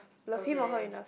okay